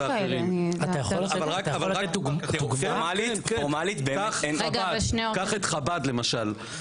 אבל דוגמה קח את חב"ד למשל,